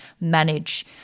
manage